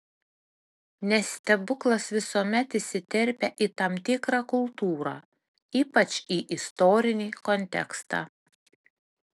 nes stebuklas visuomet įsiterpia į tam tikrą kultūrą ypač į istorinį kontekstą